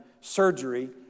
surgery